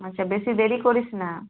আচ্ছা বেশি দেরি করিস না